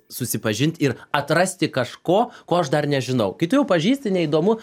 susipažint ir atrasti kažko ko aš dar nežinau kai tu jau pažįsti neįdomu